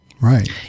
Right